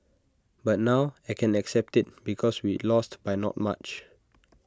but now I can accept IT because we lost by not much